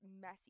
messy